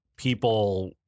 people